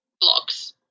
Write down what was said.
blocks